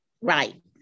Right